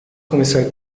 começar